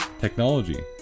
technology